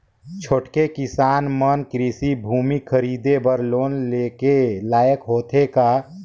छोटके किसान मन कृषि भूमि खरीदे बर लोन के लायक होथे का?